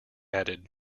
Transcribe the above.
added